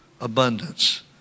abundance